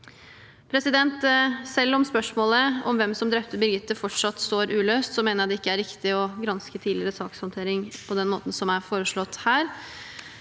Selv om spørsmålet om hvem som drepte Birgitte, fortsatt står uløst, mener jeg det ikke er riktig å granske tidligere sakshåndtering på den måten som er foreslått her.